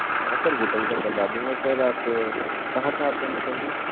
sir hotel का करवा दूंगा सर आप कहाँ चाहते हैं बताइए